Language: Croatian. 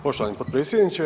Poštovani potpredsjedniče.